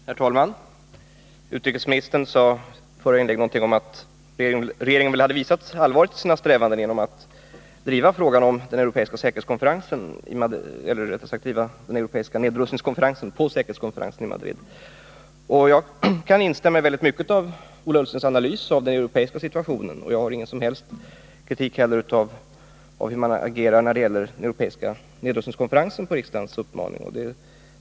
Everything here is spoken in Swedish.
Herr talman! Utrikesministern sade någonting om att regeringen hade visat sina strävanden genom att driva frågan om nedrustningen på säkerhetskonferensen i Madrid. Jag kan instämma i mycket av Ola Ullstens analys av den europeiska situationen, och jag har inte heller någon kritik av hur man agerar när det gäller den europeiska nedrustningskonferensen.